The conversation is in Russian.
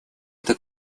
это